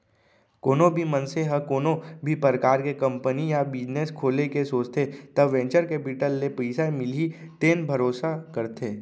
कोनो भी मनसे ह कोनो भी परकार के कंपनी या बिजनेस खोले के सोचथे त वेंचर केपिटल ले पइसा मिलही तेन भरोसा करथे